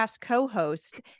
co-host